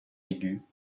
aigus